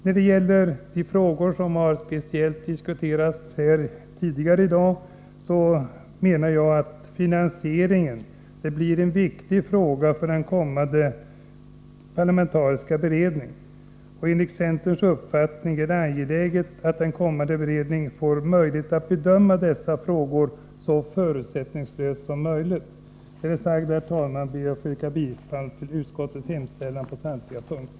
När det gäller de frågor som speciellt har diskuterats här tidigare i dag anser jag att finansieringen blir en viktig fråga för den kommande parlamentariska beredningen. Enligt centerns uppfattning är det angeläget att en kommande beredning får möjlighet att bedöma dessa frågor så förutsättningslöst som möjligt. Med det sagda, herr talman, ber jag att få yrka bifall till utskottets hemställan på samtliga punkter.